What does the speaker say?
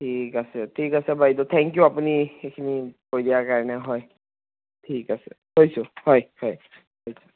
ঠিক আছে ঠিক আছে বাইদেউ থেংক ইউ আপুনি সেইখিনি কৈ দিয়াৰ বাবে হয় ঠিক আছে থৈছোঁ হয় হয়